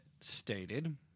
stated